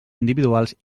individuals